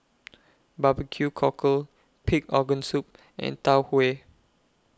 Bbq Cockle Pig Organ Soup and Tau Huay